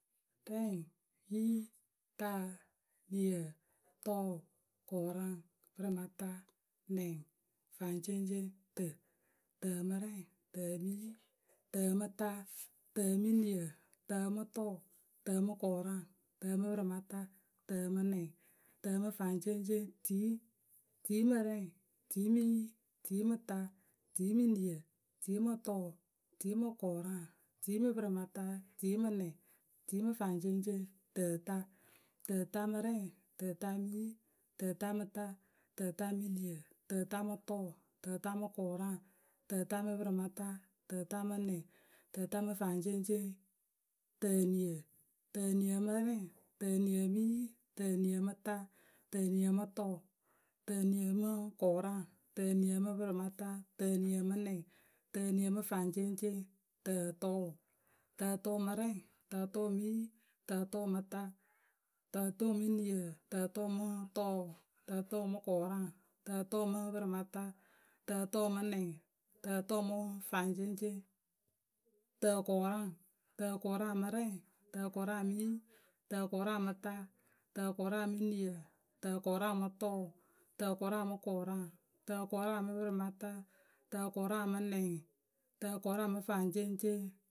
rɛŋ, yi, ta. niǝ, tʊʊ, kʊraŋ, pǝrɩmata. nɛŋ, faŋceŋce;c, tǝ, tǝ mǝ rɛŋ, tǝ mǝ yi, tǝ mǝ ta, tǝ niǝ, tǝ mǝ tʊʊ, tǝ mǝ kʊraŋ, tǝ mǝ pǝrɩmata, tǝ mǝ nɛŋ, tǝ mǝ faŋceŋceŋ, tiyi, tiyi mǝ rɛŋ, tiyi mǝ yi. tiyi mǝ ta, tiyi mǝ niǝ, tiyi mǝ tʊʊ, tiyi mǝ kʊraŋ, tiyi mǝ pǝrɩmata, tiyi mǝ nɛŋ, tiyi mǝ faŋceŋceŋ, tǝta. tǝta mǝ rɛŋ, tǝtq mǝ yi, tǝta. tǝta mǝ niǝ, tǝta mǝ tʊʊ, tǝta mǝ kʊraŋ, tǝta mǝ tʊʊ, tǝta mǝ kʊraŋ. tǝta mǝ pǝrɩmata, tǝta mǝ nɛŋ, tǝta mǝ faŋceŋceŋ. tǝniǝ. tǝniǝ mǝ rɛŋ, tǝniǝ mǝ yi, tǝniǝ mǝ ta, tǝniǝ mǝ tʊʊ, tǝniǝ mǝ kʊraŋ, tǝniǝ mǝ pǝrɩmata, tǝniǝ mǝ nɛŋ, tǝniǝ mǝ faŋceŋceŋ. tǝtʊʊ, tǝtʊʊ mǝ rɛŋ tǝtʊʊ mǝ yi tǝtʊʊ mǝ ta, tǝtʊʊ mǝ niǝ, tǝtʊʊ mǝ tʊʊ, tǝ tʊʊ mǝ kʊraŋ, tǝtʊʊ mǝ pǝrɩmata, tǝtʊʊ mǝ nɛŋ, tǝtʊʊ mǝ faceŋceŋ. tǝkʊraŋ, tǝkʊraŋ mǝ rɛŋ, tǝkʊraŋ mǝ yi, tǝkʊraŋ mǝ ta, tǝkʊraŋ mǝ niǝ, tǝkʊraŋ mǝ tʊʊ, tǝkʊraŋ mǝ kʊraŋ, tǝkʊraŋ mǝ pǝrɩmata, tǝkʊraŋ mǝ nɛŋ. tǝkʊraŋ mǝ faŋceŋceŋ.